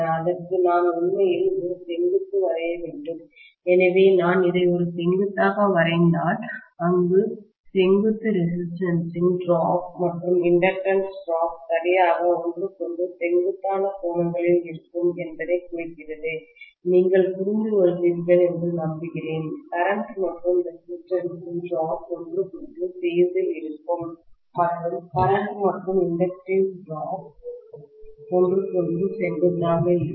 இதற்கு நான் உண்மையில் ஒரு செங்குத்து வரைய வேண்டும் எனவே நான் இதை ஒரு செங்குத்தாக வரைந்தால் அந்த செங்குத்து ரெசிஸ்டன்ஸ்யின் டிராப் வீழ்ச்சி மற்றும் இண்டக்டன்ஸ் டிராப் சரியாக ஒன்றுக்கொன்று செங்குத்தான கோணங்களில் இருக்கும் என்பதைக் குறிக்கிறது நீங்கள் புரிந்துகொள்வீர்கள் என்று நம்புகிறேன் கரண்ட் மற்றும் ரெசிஸ்டன்ஸ்யின் டிராப்வீழ்ச்சி ஒன்றுக்கொன்று பேஸ் இல் இருக்கும் மற்றும் கரண்ட் மற்றும் இன்டக்டிவ் டிராப் வீழ்ச்சி ஒன்றுக்கொன்று செங்குத்தாக இருக்கும்